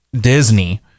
Disney